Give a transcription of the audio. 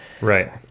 right